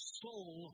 soul